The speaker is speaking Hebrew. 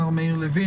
מר מאיר לוין.